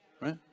right